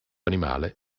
animale